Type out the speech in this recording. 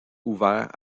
ouvert